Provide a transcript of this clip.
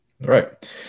right